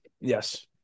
Yes